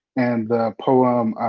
and the poem,